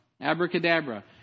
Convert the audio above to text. abracadabra